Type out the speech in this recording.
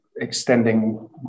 extending